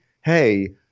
hey